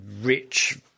rich